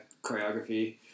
choreography